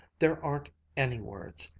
there aren't any words.